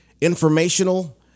informational